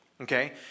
Okay